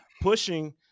pushing